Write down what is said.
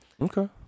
Okay